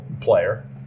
player